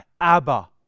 Abba